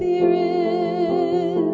man